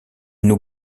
nous